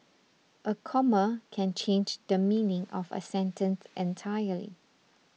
a comma can change the meaning of a sentence entirely